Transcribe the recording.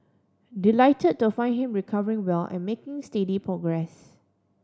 delight to find him recovering well and making steady progress